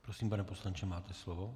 Prosím, pane poslanče, máte slovo.